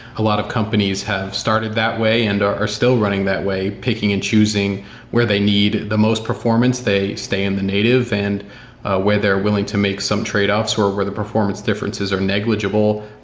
a lot of companies have started that way and are are still running that way, picking and choosing where they need the most performance. they stay in the native and ah where they're willing to make some trade-offs, or where the performance differences are negligible,